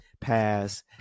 pass